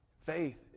Faith